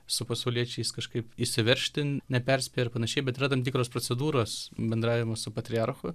su pasauliečiais kažkaip įsiveržti neperspėja ir panašiai bet yra tam tikros procedūros bendravimui su patriarchu